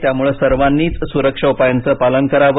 त्यामुळे सर्वांनीच सुरक्षा उपायांचं पालन करावं